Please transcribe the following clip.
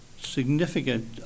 significant